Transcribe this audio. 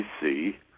see